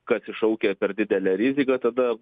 kas iššaukia per didelę riziką tada